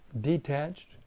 detached